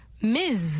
Miss